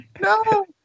No